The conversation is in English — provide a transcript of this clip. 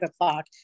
o'clock